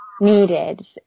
needed